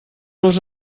los